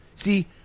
See